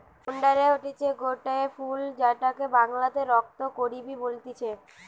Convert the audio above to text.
oleander হতিছে গটে ফুল যেটাকে বাংলাতে রক্ত করাবি বলতিছে